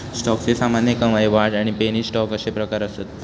स्टॉकचे सामान्य, कमाई, वाढ आणि पेनी स्टॉक अशे प्रकार असत